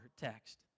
text